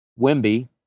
Wimby